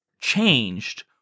changed